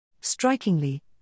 Strikingly